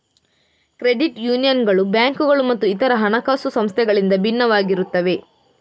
credit ಯೂನಿಯನ್ಗಳು ಬ್ಯಾಂಕುಗಳು ಮತ್ತು ಇತರ ಹಣಕಾಸು ಸಂಸ್ಥೆಗಳಿಂದ ಭಿನ್ನವಾಗಿರುತ್ತವೆ